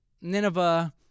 Nineveh